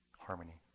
harmony.